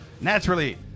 Naturally